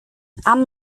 anne